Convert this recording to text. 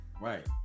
right